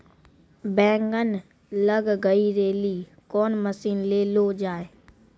बैंगन लग गई रैली कौन मसीन ले लो जाए?